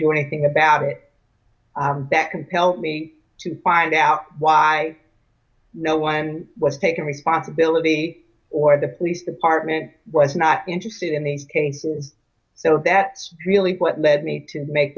do anything about it that compelled me to find out why no one was taking responsibility or the police department was not interested in these cases so that's really what led me to make